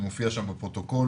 אני מופיע שם בפרוטוקול,